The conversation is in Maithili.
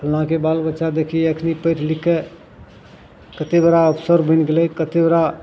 फल्लाँके बालबच्चा देखही एखन पढ़ि लिखिके कतेक बड़ा अफसर बनि गेलै कतेक बड़ा